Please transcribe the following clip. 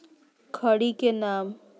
खड़ी के नाम?